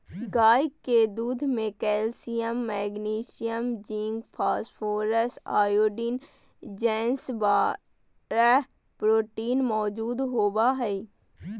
गाय के दूध में calcium, magnesium, zinc, phosphorus, iodine जैसन बारह प्रोटीन मौजूद होबा हइ